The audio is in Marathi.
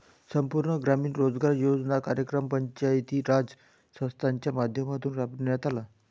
संपूर्ण ग्रामीण रोजगार योजना कार्यक्रम पंचायती राज संस्थांच्या माध्यमातून राबविण्यात आला